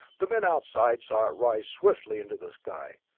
the men outside saw it rise swiftly into the sky,